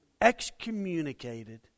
excommunicated